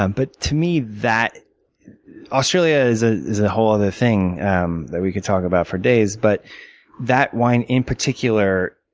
um but to me, australia is ah is a whole other thing um that we could talk about for days. but that wine, in particular,